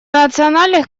национальных